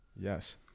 Yes